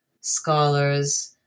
scholars